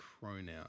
pronoun